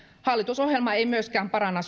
hallitusohjelma ei myöskään paranna